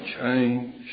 change